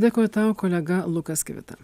dėkoju tau kolega lukas kivita